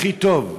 הכי טוב.